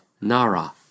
Nara